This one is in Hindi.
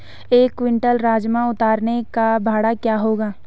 एक क्विंटल राजमा उतारने का भाड़ा क्या होगा?